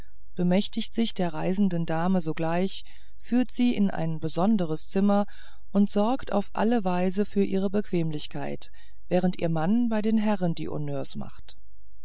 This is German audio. bemächtigt sich der reisenden damen sogleich führt sie in ein besonderes zimmer und sorgt auf alle weise für ihre bequemlichkeit während ihr mann bei den herren die honneurs macht